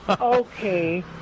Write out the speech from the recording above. Okay